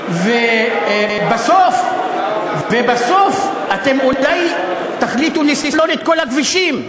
בסוף אולי תחליטו לסלול את כל הכבישים,